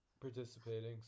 participating